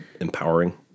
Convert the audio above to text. empowering